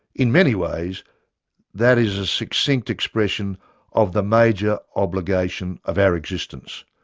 in many ways that is a succinct expression of the major obligation of our existence.